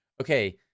okay